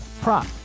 prop